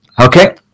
Okay